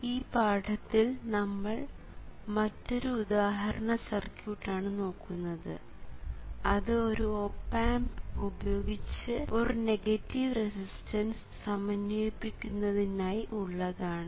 ഈ പാഠത്തിൽ നമ്മൾ മറ്റൊരു ഉദാഹരണ സർക്യൂട്ട് ആണ് നോക്കുന്നത് അത് ഒരു ഓപ് ആമ്പ് ഉപയോഗിച്ച് ഒരു നെഗറ്റീവ് റെസിസ്റ്റൻസ് സമന്വയിപ്പിക്കുന്നതിനായി ഉള്ളതാണ്